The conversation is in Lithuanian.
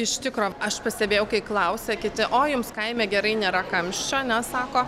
iš tikro aš pastebėjau kai klausia kiti o jums kaime gerai nėra kamščių ane sako